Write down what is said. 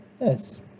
Yes